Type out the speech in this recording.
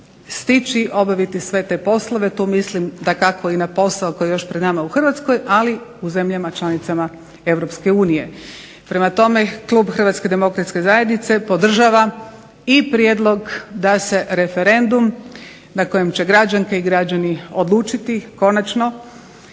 stići obaviti sve te poslove. Tu mislim dakako i na posao koji je još pred nama u Hrvatskoj, ali i u zemljama članicama Europske unije. Prema tome, klub Hrvatske demokratske zajednice podržava i prijedlog da se referendum na kojem će građanke i građani odlučiti konačno